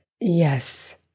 Yes